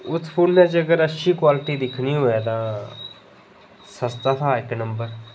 ओह् थोह्ड़े नेह् च अच्छी क्वालिटी दिक्खनी होऐ अगर तां सस्ता था इक्क नंबर